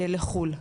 לחו"ל.